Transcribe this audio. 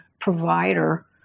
provider